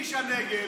איש הנגב,